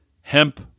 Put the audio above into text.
hemp